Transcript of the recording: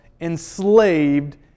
enslaved